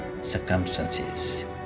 circumstances